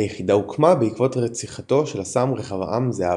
היחידה הוקמה בעקבות רציחתו של השר רחבעם זאבי.